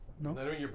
No